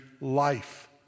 life